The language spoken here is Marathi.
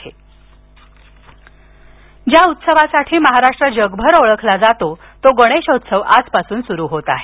गणेशोत्सव ज्या उत्सवासाठी महाराष्ट्र जगभर ओळखला जातो तो गणेशोत्सव आजपासून सुरू होतो आहे